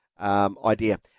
idea